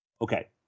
Okay